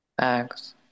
Thanks